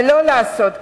ולא לעשות כלום.